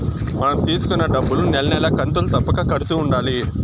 మనం తీసుకున్న డబ్బులుకి నెల నెలా కంతులు తప్పక కడుతూ ఉండాలి